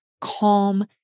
calm